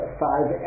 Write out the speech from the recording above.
five